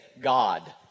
God